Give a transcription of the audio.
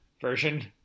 version